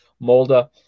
Molda